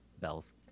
bells